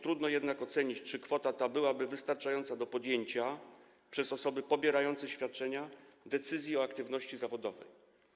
Trudno jednak ocenić, czy kwota ta byłaby wystarczająca do podjęcia przez osoby pobierające świadczenia decyzji o aktywności zawodowej.